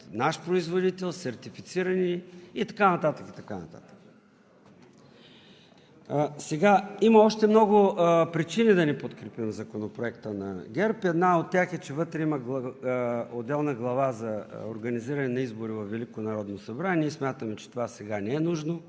наш производител, сертифицирани и така нататък, и така нататък. Има още много причини да не подкрепим Законопроекта на ГЕРБ. Една от тях е, че вътре има отделна глава за организиране на избори във Велико народно събрание. Ние смятаме, че това сега не е нужно,